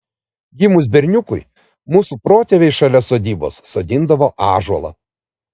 gimus berniukui mūsų protėviai šalia sodybos sodindavo ąžuolą